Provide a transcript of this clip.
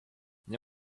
nie